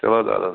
چلو اَدٕ حظ